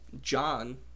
John